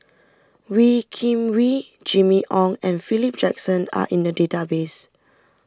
Wee Kim Wee Jimmy Ong and Philip Jackson are in the database